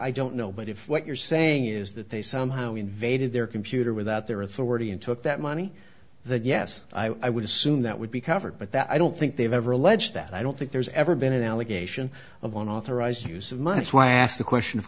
i don't know but if what you're saying is that they somehow invaded their computer without their authority and took that money that yes i would assume that would be covered but that i don't think they've ever alleged that i don't think there's ever been an allegation of unauthorized use of monies when i asked the question of